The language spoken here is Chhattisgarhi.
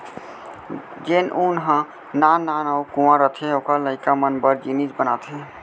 जेन ऊन ह नान नान अउ कुंवर रथे ओकर लइका मन बर जिनिस बनाथे